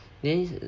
你的意思